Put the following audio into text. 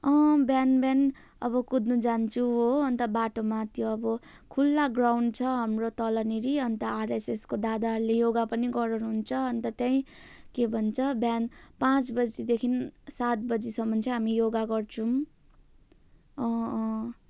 अँ बिहान बिहान अब कुद्नु जान्छु हो अनि त बाटोमा त्यो अब खुल्ला ग्राउन्ड छ हाम्रो तलनेरि अनि त आरएसएसको दादाहरूले योगा पनि गराउनु हुन्छ अनि त त्यहीँ के भन्छ बिहान पाँच बजेदेखिन् सात बजेसम्मन् चाहिँ हामी योगा गर्छौँ अँ अँ